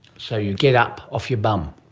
so you get up off your bum.